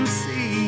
see